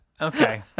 Okay